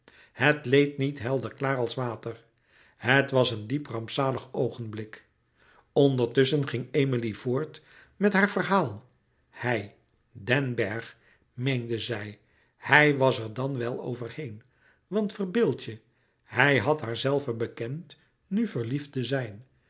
het leed niet helder klaar als water het was een diep rampzalig oogenblik ondertusschen ging emilie voort met haar verhaal louis couperus metamorfoze hij den bergh meende zij hij was er dan wel over heen want verbeeld je hij had haar zelve bekend nu verliefd te zijn